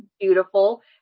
Beautiful